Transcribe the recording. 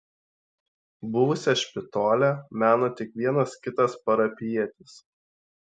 buvusią špitolę mena tik vienas kitas parapijietis